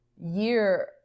year